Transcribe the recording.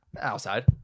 Outside